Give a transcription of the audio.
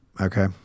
Okay